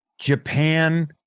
japan